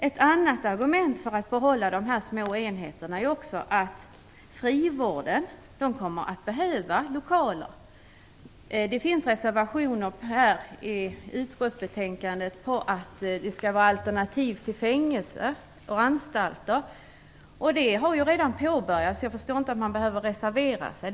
Ett annat argument för att behålla de små enheterna är också att frivården kommer att behöva lokaler. Det finns reservationer i utskottsbetänkandet om att det skall finnas alternativ till fängelser och anstalter. Sådan verksamhet har redan påbörjats. Jag förstår inte att man behöva reservera sig.